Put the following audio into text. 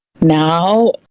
now